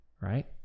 right